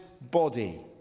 body